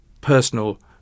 personal